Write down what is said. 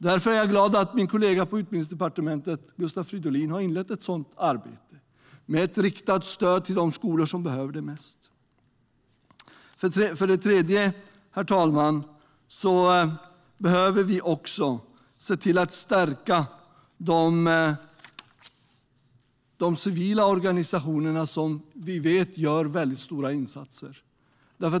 Jag är glad för att min kollega på Utbildningsdepartementet, Gustav Fridolin, har inlett ett sådant arbete, med riktat stöd till de skolor som behöver det mest. För det tredje behöver vi också stärka de civila organisationer som vi vet gör stora insatser.